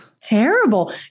terrible